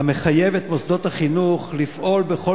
המחייב את מוסדות החינוך לפעול בכל